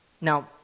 Now